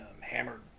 hammered